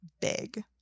big